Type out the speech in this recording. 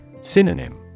Synonym